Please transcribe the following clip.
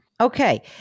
Okay